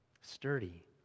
sturdy